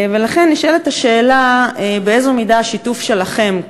ולכן נשאלת השאלה: באיזו מידה השיתוף שלכם,